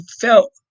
felt